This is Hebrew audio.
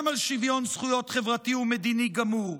על שוויון זכויות חברתי ומדיני גמור,